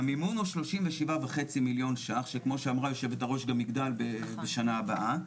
המימון הוא 37.5 מיליון ₪ שכמו שאמרה היו"ר גם יגדל בשנה הבאה.